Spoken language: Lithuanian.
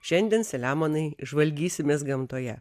šiandien saliamonai žvalgysimės gamtoje